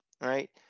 right